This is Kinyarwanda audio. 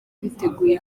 biteguye